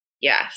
Yes